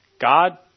God